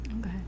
Okay